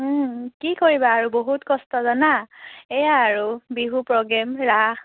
কি কৰিবা আৰু বহুত কষ্ট জানা এয়া আৰু বিহু প্ৰগ্ৰেম ৰাস